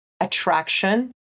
attraction